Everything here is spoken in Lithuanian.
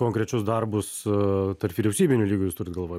konkrečius darbus tarpvyriausybiniu lygiu jūs turit galvoj